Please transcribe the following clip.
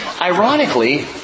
Ironically